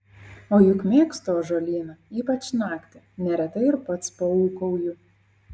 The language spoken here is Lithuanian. o juk mėgstu ąžuolyną ypač naktį neretai ir pats paūkauju